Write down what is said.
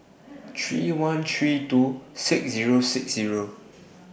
three one three two six Zero six Zero